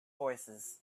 voicesand